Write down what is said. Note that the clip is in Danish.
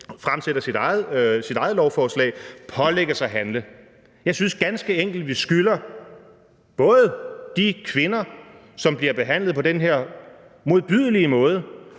fremsætter sit eget lovforslag – pålægges at handle. Jeg synes ganske enkelt, at vi skylder både de kvinder, som bliver behandlet på den her modbydelige måde,